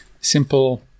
Simple